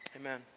amen